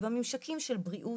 בממשקים של בריאות,